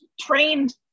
trained